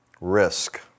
Risk